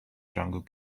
jungle